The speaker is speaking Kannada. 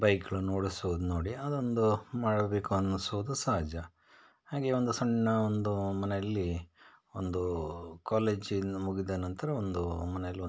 ಬೈಕ್ಗಳನ್ನ ಓಡ್ಸೋದು ನೋಡಿ ಅದೊಂದು ಮಾಡಬೇಕು ಅನ್ನಿಸೋದು ಸಹಜ ಹಾಗೆ ಒಂದು ಸಣ್ಣ ಒಂದು ಮನೆಯಲ್ಲಿ ಒಂದು ಕಾಲೇಜಿನ ಮುಗಿದ ನಂತರ ಒಂದು ಮನೇಲಿ ಒಂದು